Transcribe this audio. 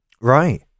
Right